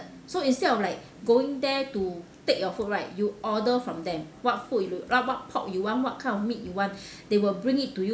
so instead of like going there to take your food right you order from them what food you lo~ uh what pork you want what kind of meat you want they will bring it to you